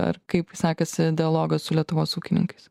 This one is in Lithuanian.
ar kaip sekasi dialogas su lietuvos ūkininkais